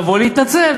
לבוא ולהתנצל,